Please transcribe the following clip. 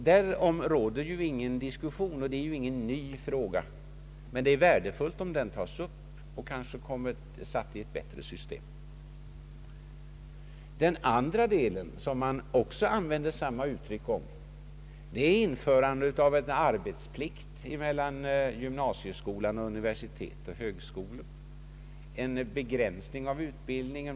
Därom råder ju ingen diskussion, och det är ingen ny fråga, men det är värdefullt om denna utbildning tas upp och sätts i ett bättre system. Det andra som man använder detia uttryck om är införandet av en arbetsplikt mellan gymnasieskolan och uni versitet och högskolor, en begränsning av utbildningen.